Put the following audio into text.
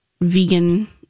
vegan